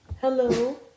Hello